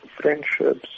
friendships